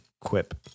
quip